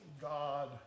God